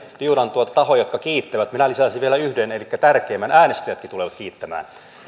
liudan tahoja jotka kiittävät minä lisäisin vielä yhden elikkä tärkeimmän äänestäjätkin tulevat kiittämään